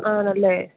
ആണല്ലെ